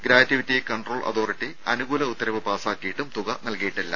gratuity control authority അനുകൂല ഉത്തരവ് പാസ്സാക്കിയിട്ടും തുക നൽകിയിട്ടില്ല